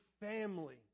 family